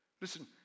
Listen